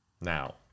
Now